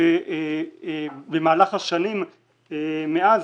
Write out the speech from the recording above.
כשבמהלך השנים מאז,